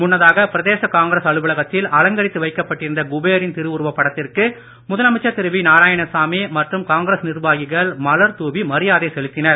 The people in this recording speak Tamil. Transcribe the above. முன்னதாக பிரதேச காங்கிரஸ் அலுவலகத்தில் அலங்கரித்து வைக்கப்பட்டிருந்த குபேரின் திருவுருவப் படத்திற்கு முதலமைச்சர் திரு வி நாராயணசாமி மற்றும் காங்கிரஸ் நிர்வாகிகள் மலர் தூவி மரியாதை செலுத்தினர்